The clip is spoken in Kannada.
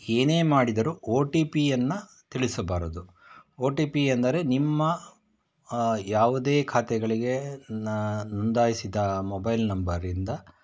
ಏನೇ ಮಾಡಿದರೂ ಓ ಟಿ ಪಿಯನ್ನು ತಿಳಿಸಬಾರದು ಓ ಟಿ ಪಿ ಎಂದರೆ ನಿಮ್ಮ ಯಾವುದೇ ಖಾತೆಗಳಿಗೆ ನ ನೊಂದಾಯಿಸಿದ ಮೊಬೈಲ್ ನಂಬರಿಂದ